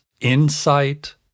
insight